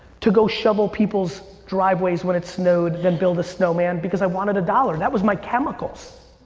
to go shovel people's driveways when it snowed than build a snowman because i wanted a dollar. that was my chemicals.